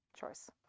choice